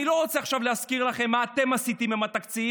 אני לא רוצה עכשיו להזכיר לכם מה אתם עשיתם עם התקציב